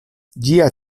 ĝia